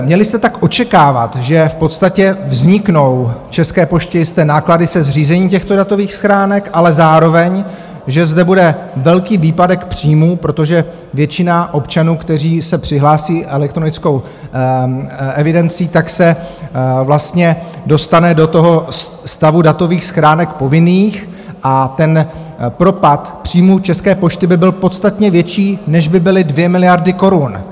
Měli jste tak očekávat, že v podstatě vzniknou České poště jisté náklady se zřízením těchto datových schránek, ale zároveň, že zde bude velký výpadek příjmů, protože většina občanů, kteří se přihlásí elektronickou evidencí, se dostane do toho stavu datových schránek povinných, a ten propad příjmů České pošty by byl podstatně větší, než by byly 2 miliardy korun.